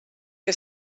que